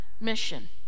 Mission